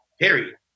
period